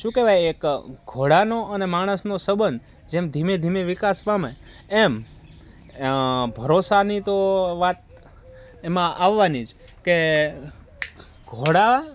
શું કહેવાય એક ઘોડાનો અને માણસનો સબંધ જેમ ધીમે ધીમે વિકાસ પામે એમ ભરોસાની તો વાત એમાં આવાની જ કે ઘોડા